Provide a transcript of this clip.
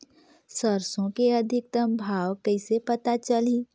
सरसो के अधिकतम भाव कइसे पता चलही?